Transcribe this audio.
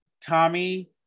Tommy